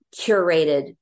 curated